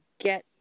get